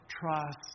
trust